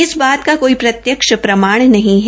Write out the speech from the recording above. इस बीमारी बात का कोई प्रत्यक्ष प्रमाण नहीं है